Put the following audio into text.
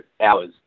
hours